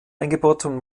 eingebauten